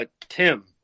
Tim